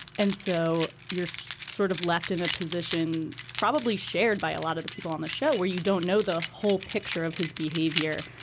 and so you're so sort of left in a position probably shared by a lot of the people on the show where you don't know the whole picture of his behavior.